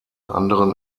anderen